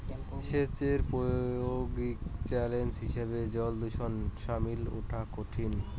সেচের প্রায়োগিক চ্যালেঞ্জ হিসেবে জলদূষণ সামলি উঠা কঠিন